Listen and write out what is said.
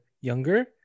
younger